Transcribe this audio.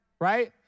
right